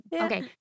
Okay